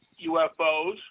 UFOs